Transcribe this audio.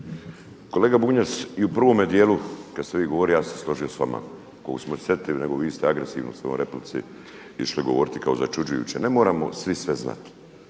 Kolega Bunjac i u prvome dijelu kada ste vi govorili ja sam se složio s vama. … nego vi ste agresivno u svojoj replici išli govoriti kao začuđujuće. Ne moramo svi sve znati,